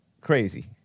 Crazy